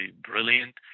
brilliant